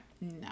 No